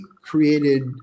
created